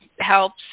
helps